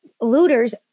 looters